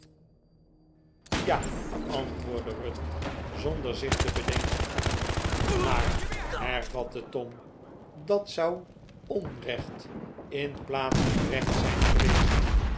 ja antwoordde ruth zonder zich te bedenken maar hervatte tom dat zou onrecht in plaats van recht zijn geweest